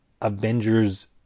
Avengers